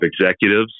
executives